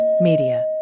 Media